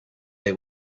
they